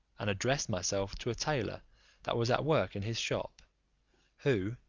and addressed myself to a tailor that was at work in his shop who,